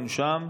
ומונשם.